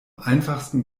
einfachsten